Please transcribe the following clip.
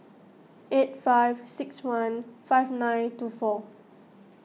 eight five six one five nine two four